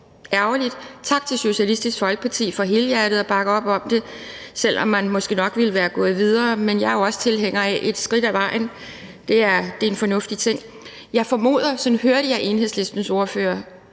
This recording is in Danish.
ærgerligt. Men tak til Socialistisk Folkeparti for helhjertet at bakke op om det, selv om man måske nok ville være gået videre. Men jeg er jo også tilhænger af at tage et skridt ad gangen; det er en fornuftig ting. Jeg formoder – sådan hørte jeg Enhedslistens ordfører